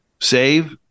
save